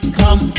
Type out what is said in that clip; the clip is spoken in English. come